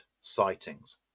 sightings